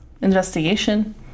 Investigation